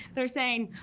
they're saying,